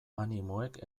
animoek